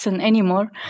anymore